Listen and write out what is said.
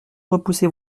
repoussé